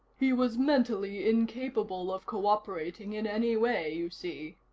he was mentally incapable of cooperating in any way, you see.